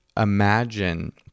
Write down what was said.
imagine